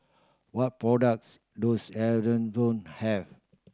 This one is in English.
what products does have